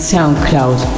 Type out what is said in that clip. Soundcloud